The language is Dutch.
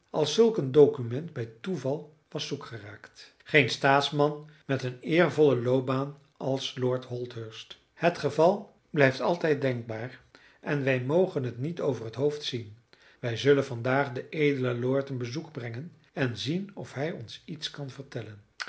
als zulk een document bij toeval was zoekgeraakt geen staatsman met een eervolle loopbaan als lord holdhurst het geval blijft altijd denkbaar en wij mogen het niet over het hoofd zien wij zullen vandaag den edelen lord een bezoek brengen en zien of hij ons iets kan vertellen